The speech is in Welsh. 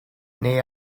neu